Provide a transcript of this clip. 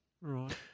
right